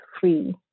free